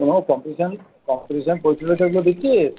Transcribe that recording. কোনো competition competition পরীক্ষা টরিক্ষা দিচ্ছিস